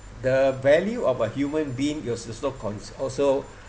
the value of a human being is is not con~ also